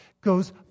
goes